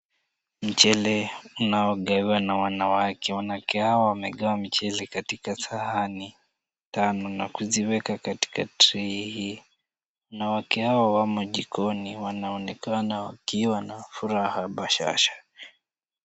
Mchele unaogawa na wanawake , wanawake hawa wamegawa mchele katika sahani tano na kuziweka katika tray (cs) hii, wanawake hao wamo jikoni wanaonekana wakiwa na furaha bashasha.